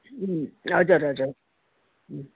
अँ हजुर हजुर